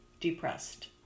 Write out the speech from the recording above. depressed